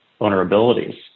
vulnerabilities